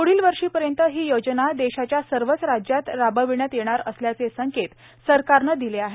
पुढील वर्षीपर्यंत ही योजना देशाच्या सर्वच राज्यात राबविण्यात येणार असल्याचे संकेत सरकारनं दिले आहेत